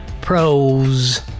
Pros